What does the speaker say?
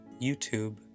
YouTube